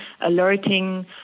alerting